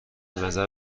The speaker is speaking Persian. نظر